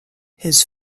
his